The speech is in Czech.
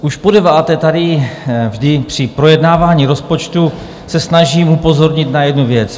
Už podeváté tady vždy při projednávání rozpočtu se snažím upozornit na jednu věc.